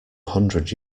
hundred